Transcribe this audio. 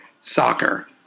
soccer